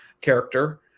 character